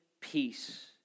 peace